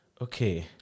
okay